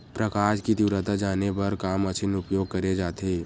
प्रकाश कि तीव्रता जाने बर का मशीन उपयोग करे जाथे?